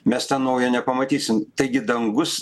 mes tą naują nepamatysim taigi dangus